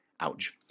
Ouch